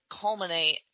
culminate